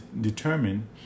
determine